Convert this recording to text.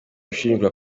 ushinjwa